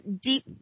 deep